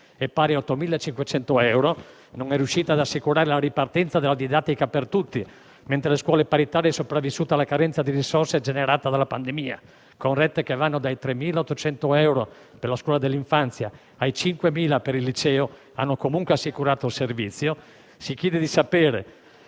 è pari a 8.500 euro, non è riuscita ad assicurare la ripartenza della didattica per tutti, mentre le scuole paritarie sopravvissute alla carenza di risorse generata dalla pandemia, con rette che vanno dai 3.800 euro per la scuola dell'infanzia ai 5.000 euro per il liceo, hanno comunque assicurato il servizio, si chiede di sapere